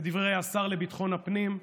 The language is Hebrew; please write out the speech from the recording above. כדברי השר לביטחון הפנים,